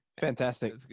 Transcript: Fantastic